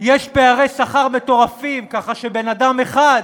יש פערי שכר מטורפים, ככה שבן-אדם אחד